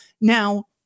Now